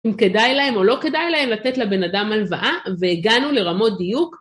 אם כדאי להם או לא כדאי להם, לתת לבן אדם הלוואה והגענו לרמות דיוק.